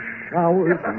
showers